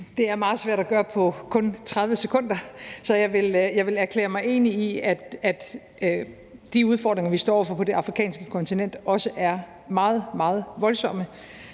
Det er meget svært at gøre på kun 30 sekunder, så jeg vil erklære mig enig i, at de udfordringer, vi står over for på det afrikanske kontinent, også er meget, meget voldsomme.